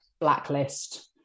Blacklist